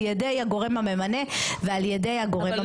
ידי הגורם הממנה ועל ידי הגורם המפקח.